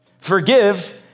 Forgive